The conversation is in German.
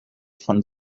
von